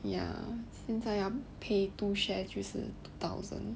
ya 现在要 pay two share 就是 two thousand